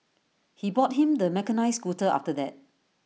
he bought him the mechanised scooter after that